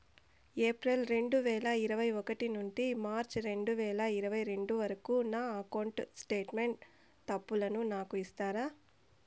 April రెండు వేల ఇరవై ఒకటి నుండి మార్చ్ రెండు వేల ఇరవై రెండు వరకు నా అకౌంట్ స్టేట్మెంట్ తప్పులను నాకు ఇస్తారా?